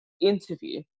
interview